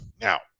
Now